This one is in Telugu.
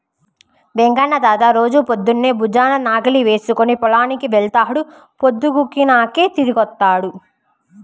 వెంకన్న తాత రోజూ పొద్దన్నే భుజాన నాగలి వేసుకుని పొలానికి వెళ్తాడు, పొద్దుగూకినాకే తిరిగొత్తాడు